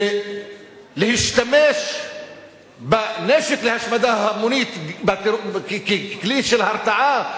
ולהשתמש בנשק להשמדה המונית ככלי של הרתעה,